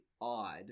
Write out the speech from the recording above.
odd